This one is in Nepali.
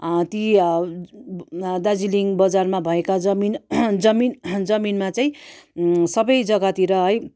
ती दार्जिलिङ बजारमा भएका जमिन जमिन जमिनमा चाहिँ सबै जगातिर है